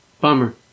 Bummer